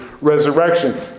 resurrection